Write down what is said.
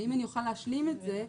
ואם אני אוכל להשלים את זה,